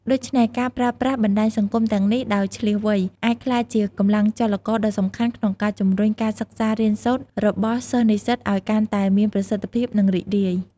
ដូច្នេះការប្រើប្រាស់បណ្តាញសង្គមទាំងនេះដោយឈ្លាសវៃ អាចក្លាយជាកម្លាំងចលករដ៏សំខាន់ក្នុងការជំរុញការសិក្សារៀនសូត្ររបស់សិស្សនិស្សិតឲ្យកាន់តែមានប្រសិទ្ធភាព និងរីករាយ។